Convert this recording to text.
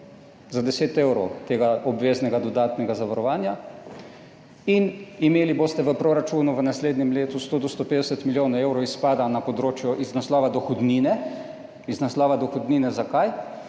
za 10 evrov tega obveznega dodatnega zavarovanja in imeli boste v proračunu v naslednjem letu 100 do 150 milijonov evrov izpada na področju iz naslova dohodnine. Iz naslova dohodnine, zakaj?